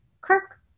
Kirk